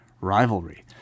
rivalry